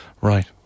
Right